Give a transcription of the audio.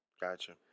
Gotcha